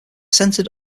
centered